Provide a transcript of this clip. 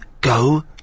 go